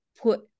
put